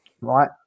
right